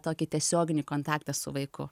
tokį tiesioginį kontaktą su vaiku